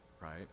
right